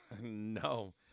No